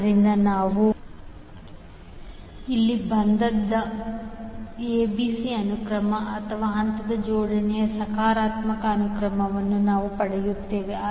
ಆದ್ದರಿಂದ ನಾವು ಇಲ್ಲಿಗೆ ಬಂದದ್ದ ABC ಅನುಕ್ರಮ ಅಥವಾ ಹಂತದ ಜೋಡಣೆಯ ಸಕಾರಾತ್ಮಕ ಅನುಕ್ರಮವನ್ನು ನಾವು ಪಡೆಯುತ್ತೇವೆ